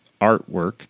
artwork